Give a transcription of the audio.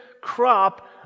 crop